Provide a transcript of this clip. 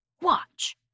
Watch